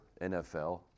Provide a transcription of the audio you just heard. NFL